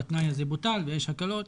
התנאי הזה בוטל ויש הקלות.